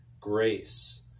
grace